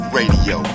Radio